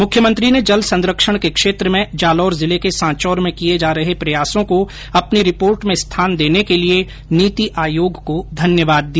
मुख्यमंत्री ने जल संरक्षण के क्षेत्र में जालौर जिले के सांचोर में किए जा रहे प्रयासों को अपनी रिपोर्ट में स्थान देने के लिए नीति आयोग को धन्यवाद दिया